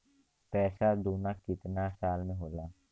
पैसा दूना कितना साल मे होला?